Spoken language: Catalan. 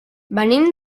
venim